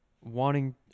wanting